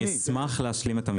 אני אשמח להשלים את המשפט.